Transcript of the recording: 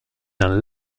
d’un